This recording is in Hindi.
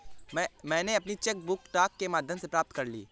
मैनें अपनी चेक बुक डाक के माध्यम से प्राप्त कर ली है